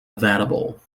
available